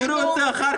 תפתרו את זה אחר כך.